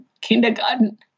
kindergarten